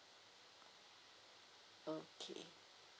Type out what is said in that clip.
okay